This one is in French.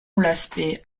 l’aspect